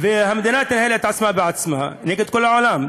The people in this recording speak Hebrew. והמדינה תנהל את עצמה בעצמה נגד כל העולם.